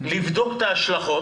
לבדוק את ההשלכות.